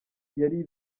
yari